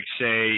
say